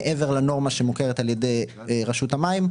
מעבר לנורמה שמוכרת על ידי רשות המים,